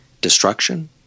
destruction